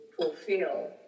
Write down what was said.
fulfill